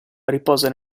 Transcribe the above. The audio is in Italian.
riposa